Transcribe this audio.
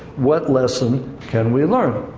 what lesson can we learn?